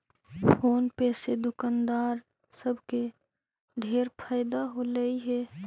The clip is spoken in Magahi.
फोन पे से दुकानदार सब के ढेर फएदा होलई हे